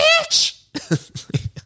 bitch